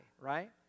right